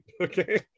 Okay